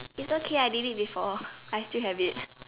it's okay I did it before I still have it